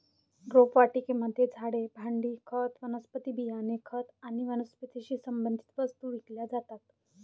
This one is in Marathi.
रोपवाटिकेमध्ये झाडे, भांडी, खत, वनस्पती बियाणे, खत आणि वनस्पतीशी संबंधित वस्तू विकल्या जातात